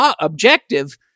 objective